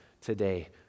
today